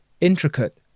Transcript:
intricate